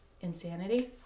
insanity